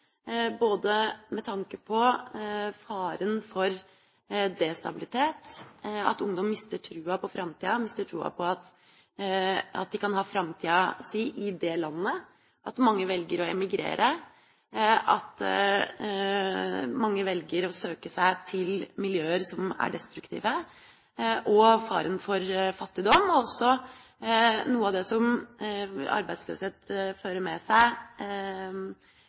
både med tanke på faren for destabilitet, at ungdom mister troen på framtida, mister troen på at de kan ha framtida si i det landet, at mange velger å emigrere, at mange velger å søke seg til miljøer som er destruktive, og faren for fattigdom. Noe av det som arbeidsløshet også fører meg seg,